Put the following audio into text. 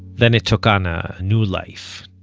then it took on ah new life.